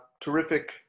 terrific